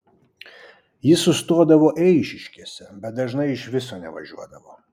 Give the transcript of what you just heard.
jis sustodavo eišiškėse bet dažnai iš viso nevažiuodavo